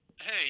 Hey